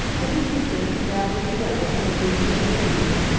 under pretence of gathering together some of those loose pages,